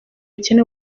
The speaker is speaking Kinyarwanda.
ubukene